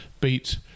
beat